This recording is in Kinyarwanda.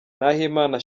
nahimana